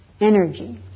energy